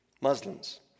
Muslims